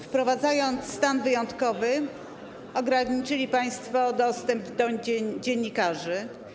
Wprowadzając stan wyjątkowy, ograniczyli państwo dostęp dziennikarzy.